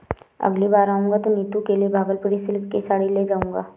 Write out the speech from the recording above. अगली बार आऊंगा तो नीतू के लिए भागलपुरी सिल्क की साड़ी ले जाऊंगा